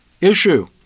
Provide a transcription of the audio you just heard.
issue